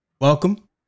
Welcome